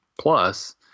Plus